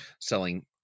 selling